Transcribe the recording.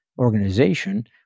organization